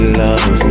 love